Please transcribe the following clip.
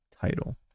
title